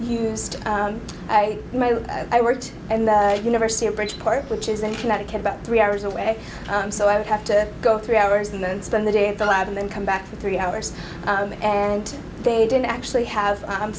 used my i worked in the university of bridgeport which is in connecticut about three hours away i'm so i would have to go three hours and then spend the day in for lab and then come back for three hours and they didn't actually have